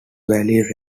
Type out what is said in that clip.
valley